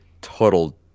total